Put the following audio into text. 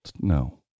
No